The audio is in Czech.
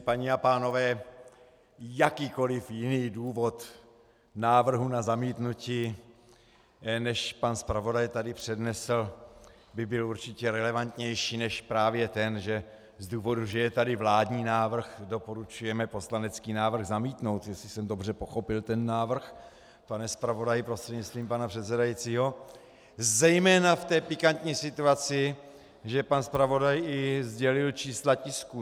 Paní a pánové, jakýkoli jiný důvod návrhu na zamítnutí, než pan zpravodaj tady přednesl, by byl určitě relevantnější než právě ten, že z důvodu, že je tady vládní návrh, doporučujeme poslanecký návrh zamítnout, jestli jsem dobře pochopil ten návrh, pane zpravodaji prostřednictvím pana předsedajícího, zejména v té pikantní situaci, že pan zpravodaj sdělil i čísla tisků.